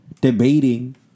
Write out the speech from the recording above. debating